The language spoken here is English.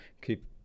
keep